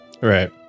Right